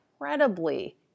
incredibly